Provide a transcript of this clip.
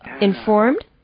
informed